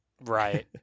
Right